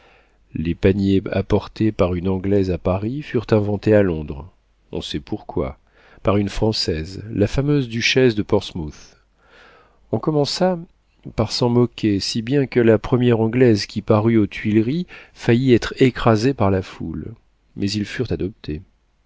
les paniers apportés par une anglaise à paris furent inventés à londres on sait pourquoi par une française la fameuse duchesse de portsmouth on commença par s'en moquer si bien que la première anglaise qui parut aux tuileries faillit être écrasée par la foule mais ils furent adoptés